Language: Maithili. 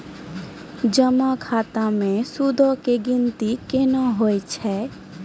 जमा खाता मे सूदो के गिनती केना होय छै?